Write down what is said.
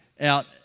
out